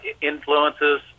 influences